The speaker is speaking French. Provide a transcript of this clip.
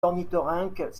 ornithorynques